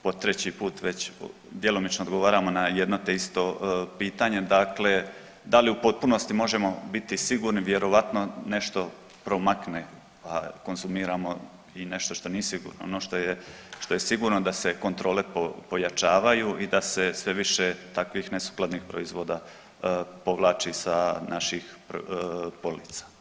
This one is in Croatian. Po treći put već djelomično odgovaramo na jedno te isto pitanje, dakle da li u potpunosti možemo biti sigurni, vjerojatno nešto promakne, a konzumiramo i nešto što nije sigurno, ono što je sigurno je da kontrole pojačavaju i da se sve više takvih nesukladnih proizvoda povlači sa naših polica.